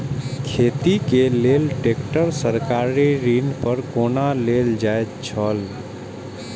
खेती के लेल ट्रेक्टर सरकारी ऋण पर कोना लेल जायत छल?